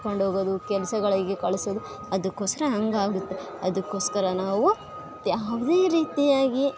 ಕರ್ಕೊಂಡು ಹೋಗದು ಕೆಲಸಗಳಿಗೆ ಕಳ್ಸೋದು ಅದಕ್ಕೋಸ್ಕರ ಹಂಗಾಗುತ್ತೆ ಅದಕ್ಕೋಸ್ಕರ ನಾವು ಯಾವುದೇ ರೀತಿಯಾಗಿ